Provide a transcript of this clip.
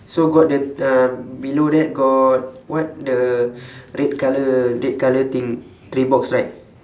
so got the um below that got what the red colour red colour thing red box right